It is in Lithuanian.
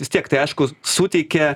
vis tiek tai aišku suteikia